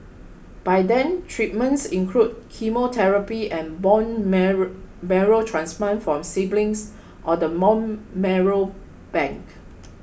by then treatments include chemotherapy and bone marrow transplants from siblings or the bone marrow bank